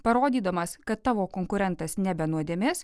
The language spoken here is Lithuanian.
parodydamas kad tavo konkurentas ne be nuodėmės